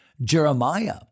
Jeremiah